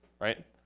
right